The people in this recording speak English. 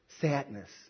sadness